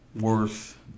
worth